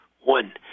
One